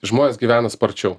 žmonės gyvena sparčiau